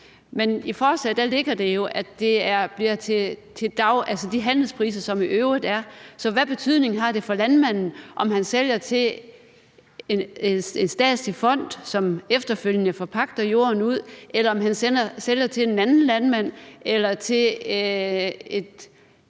jo i forslaget, at det bliver til de markedspriser, der i øvrigt er. Så hvilken betydning har det for landmanden, om han sælger til en statslig fond, som efterfølgende forpagter jorden ud, eller om han sælger til en anden landmand eller et